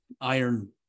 iron